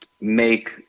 make